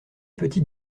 petits